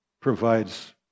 provides